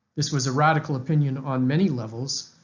this was a radical opinion on many levels,